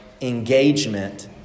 engagement